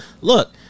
Look